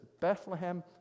bethlehem